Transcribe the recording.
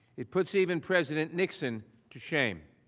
it puts even president nixon to shame.